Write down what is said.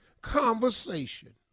conversation